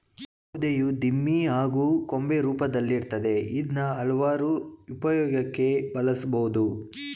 ಸೌಧೆಯು ದಿಮ್ಮಿ ಹಾಗೂ ಕೊಂಬೆ ರೂಪ್ದಲ್ಲಿರ್ತದೆ ಇದ್ನ ಹಲ್ವಾರು ಉಪ್ಯೋಗಕ್ಕೆ ಬಳುಸ್ಬೋದು